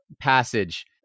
passage